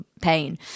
pain